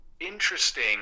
interesting